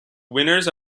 winners